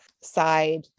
side